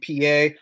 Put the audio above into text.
PA